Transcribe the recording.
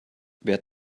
wer